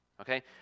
Okay